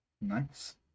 Nice